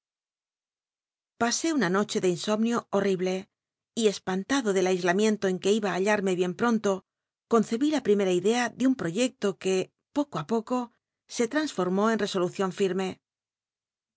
pasé una noche de insomnio horrible y espantado del aislamiento en que iba í hallarme bien pronto concebí la jll'imera idea de un proyecto que poco á poco se trasformó en resolucion firme